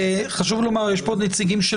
חשוב לומר שיש פה עוד נציגים של